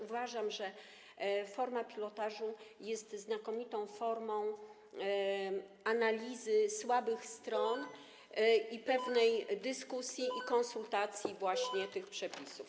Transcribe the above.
Uważam, że pilotaż jest znakomitą formą analizy słabych stron, pewnej dyskusji i konsultacji właśnie tych przepisów.